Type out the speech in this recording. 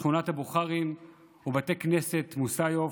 שכונת הבוכרים ובית כנסת מוסייב,